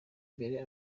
imbere